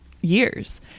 years